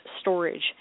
storage